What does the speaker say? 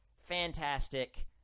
fantastic